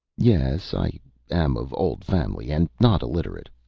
yes, i am of old family, and not illiterate.